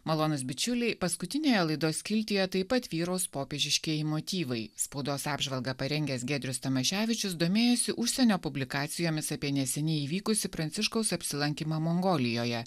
malonūs bičiuliai paskutinėje laidos skiltyje taip pat vyraus popiežiškieji motyvai spaudos apžvalgą parengęs giedrius tamaševičius domėjosi užsienio publikacijomis apie neseniai įvykusį pranciškaus apsilankymą mongolijoje